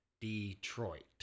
Detroit